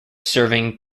serving